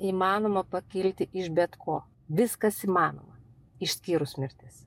įmanoma pakilti iš bet ko viskas įmanoma išskyrus mirtis